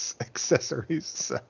accessories